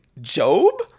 Job